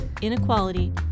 inequality